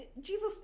jesus